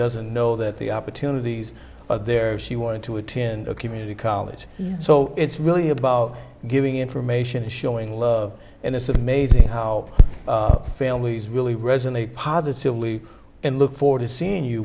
doesn't know that the opportunities are there she wanted to attend a community college so it's really about giving information and showing love in a sort of maisie how family is really resonate positively and look forward to seeing you